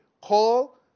Call